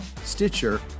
Stitcher